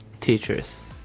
teachers